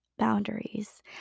boundaries